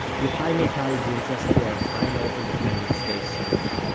yochai maital brings us to our final independence day stop